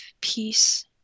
Peace